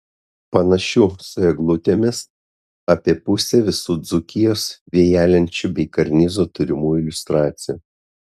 panašių su eglutėmis apie pusė visų dzūkijos vėjalenčių bei karnizų turimų iliustracijų